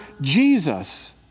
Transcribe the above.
Jesus